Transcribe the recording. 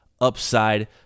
upside